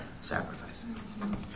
sacrificing